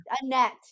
Annette